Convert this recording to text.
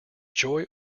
joy